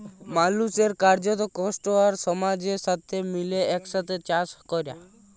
মালুসের কার্যত, কষ্ট আর সমাজের সাথে মিলে একসাথে চাস ক্যরা